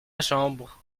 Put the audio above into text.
chambre